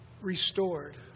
restored